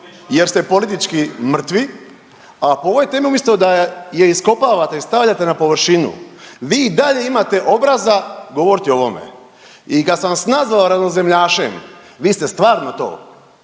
jer ste politički mrtvi, a po ovoj temi, umjesto da je iskopavate i stavljate na površinu, vi i dalje imate obraza govoriti o ovome i kad sam vas nazvao ravnozemljašem, vi ste stvarno to